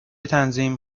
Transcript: تنظیم